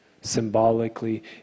Symbolically